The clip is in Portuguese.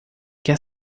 quer